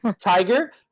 tiger